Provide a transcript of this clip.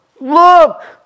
look